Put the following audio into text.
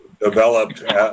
developed